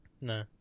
No